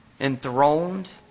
enthroned